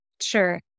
Sure